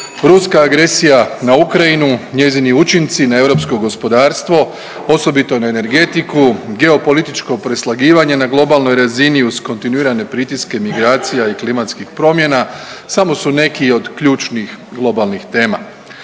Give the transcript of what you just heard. Ruska agresija na Ukrajinu, njezini učinci na europsko gospodarstvo osobito na energetiku, geopolitičko preslagivanje na globalnoj razini i uz kontinuirane pritiske migracija i klimatskih promjena samo su neki od ključnih globalnih tema.